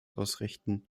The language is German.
ausrichten